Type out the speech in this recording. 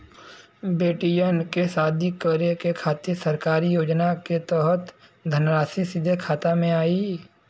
बेटियन के शादी करे के खातिर सरकारी योजना के तहत धनराशि सीधे खाता मे आई?